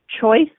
choice